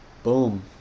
Boom